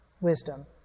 wisdom